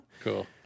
Cool